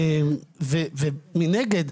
ומנגד,